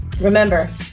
Remember